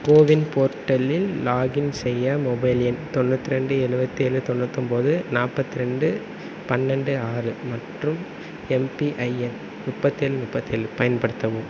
CoWIN போர்ட்டலில் login செய்ய mobile எண் தொண்ணூற்றி ரெண்டு எழுபத்தி ஏழு தொண்ணூற்றொம்போது நாற்பத்தி ரெண்டு பன்னெண்டு ஆறு மற்றும் எம்பிஐஎன் முப்பத்தேழு முப்பத்தேழு பயன்படுத்தவும்